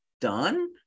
done